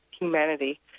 humanity